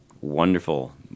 Wonderful